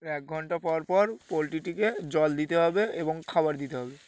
এক ঘণ্টা পর পর পোলট্রিটিকে জল দিতে হবে এবং খাবার দিতে হবে